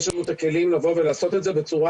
יש לנו את הכלים לעשות את זה בצורה